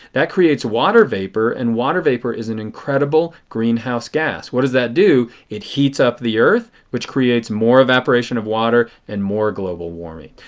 that creates water vapor and water vapor is an incredible greenhouse gas. what does that do? it heats up the earth which creates more evaporation of water and more global warming.